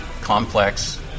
complex